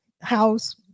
house